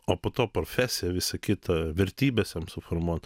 o po to profesiją visą kitą vertybes jam suformuot